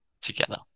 together